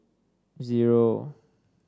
zero